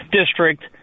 district